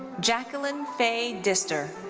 jacqueline faye dister.